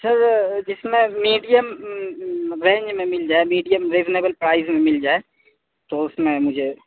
سر جس میں medium range میں مل جائے میڈیم ریزنیبل پرائیز میں مل جائے تو اس میں مجھے